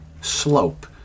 slope